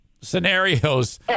Scenarios